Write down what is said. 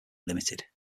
limited